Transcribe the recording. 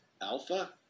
Alpha